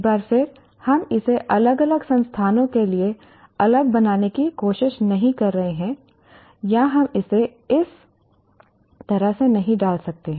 एक बार फिर हम इसे अलग अलग संस्थानों के लिए अलग बनाने की कोशिश नहीं कर रहे हैं या हम इसे इस तरह से नहीं डाल सकते हैं